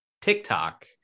tiktok